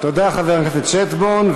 תודה, חבר הכנסת שטבון.